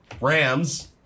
Rams